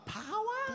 power